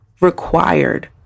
required